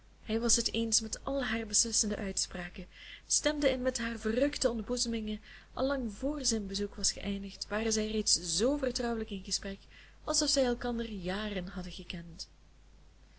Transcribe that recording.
hij was het eens met al haar beslissende uitspraken stemde in met al haar verrukte ontboezemingen en lang vr zijn bezoek was geëindigd waren zij reeds zoo vertrouwelijk in gesprek alsof zij elkander jaren hadden gekend